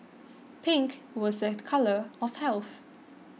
pink was a colour of health